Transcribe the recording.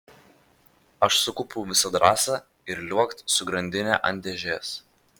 aš sukaupiau visą drąsą ir liuokt su grandine ant dėžės